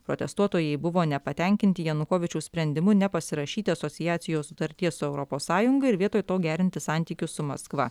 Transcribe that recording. protestuotojai buvo nepatenkinti janukovyčiaus sprendimu nepasirašyti asociacijos sutarties su europos sąjunga ir vietoj to gerinti santykius su maskva